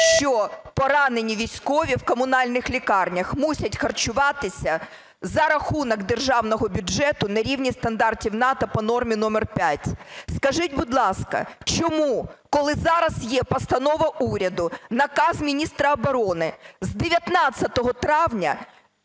що поранені військові в комунальних лікарнях мусять харчуватися за рахунок державного бюджету на рівні стандартів НАТО по нормі номер 5. Скажіть, будь ласка, чому, коли зараз є постанова уряду, наказ міністра оборони, з 19 травня